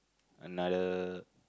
another